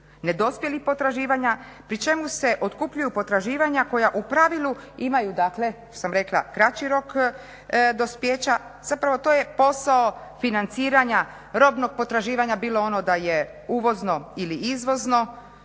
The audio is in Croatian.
nedospjelih potraživanja, pri čemu se otkupljuju potraživanja koja u pravilu imaju dakle kao što sam rekla kraći rok dospijeća. Zapravo to je posao financiranja robnog potraživanja, bilo ono da je uvozno ili izvozno,